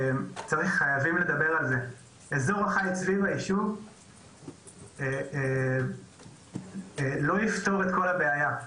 חייבים לומר שאזורי חיץ סביב יישוב לא יפתרו את כל הבעיה.